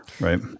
right